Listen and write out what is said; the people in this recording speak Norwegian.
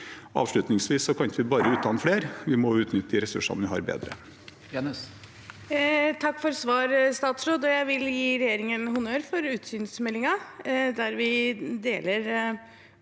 Avslutningsvis: Vi kan ikke bare utdanne flere; vi må utnytte de ressursene vi har, bedre.